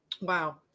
wow